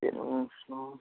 ᱪᱮᱫ